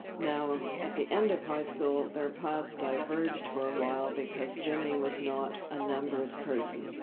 now, at the end of high school, their paths diverged for a while because jimmy was not a numbers person.